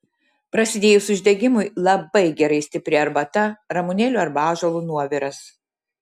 prasidėjus uždegimui labai gerai stipri arbata ramunėlių arba ąžuolo nuoviras